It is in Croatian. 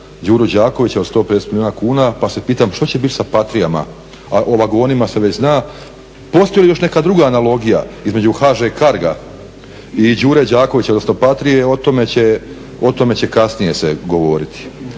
Đuru Đakovića od 150 milijuna kuna. pa se pitam što će biti sa patrijama, a o vagonima se već zna. Postoji li još neka druga analogija između HŽ-carga i Đure Đakovića, odnosno patrije. O tome će kasnije se govoriti,